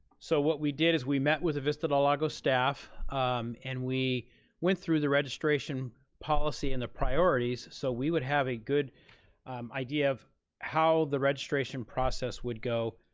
so what we did is we met with the vista del lago staff and we went through the registration policy and the priorities so we would have a good idea of how the registration process would go,